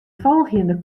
folgjende